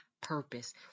purpose